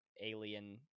alien